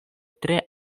tre